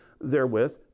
therewith